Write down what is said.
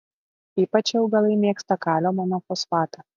ypač šie augalai mėgsta kalio monofosfatą